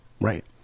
Right